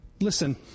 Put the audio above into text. Listen